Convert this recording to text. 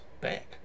back